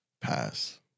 Pass